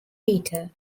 peter